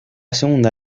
segunda